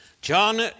John